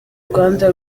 rwanda